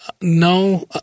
no